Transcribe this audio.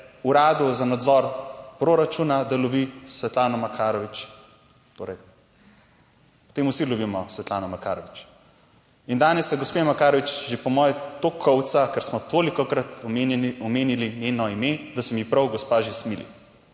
Uradu za nadzor proračuna, da lovi s Svetlano Makarovič, torej, potem vsi lovimo Svetlano Makarovič in danes se gospe Makarovič že po moje toliko kolca, ker smo tolikokrat omenili njeno ime, da se mi prav gospa že smili,